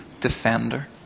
defender